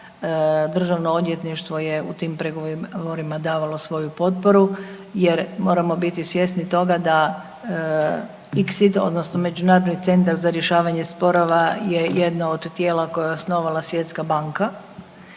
i banaka, DORH je u tim pregovorima davalo svoju potporu jer moramo biti svjesni toga da ICSID odnosno Međunarodni centar za rješavanje sporova je jedno od tijela koja je osnovala Svjetska banka